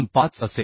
25 असेल